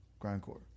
grindcore